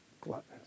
gluttons